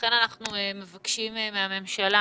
ולכן אנחנו מבקשים מהממשלה: